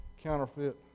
counterfeit